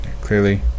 Clearly